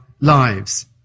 lives